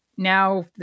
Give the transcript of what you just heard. Now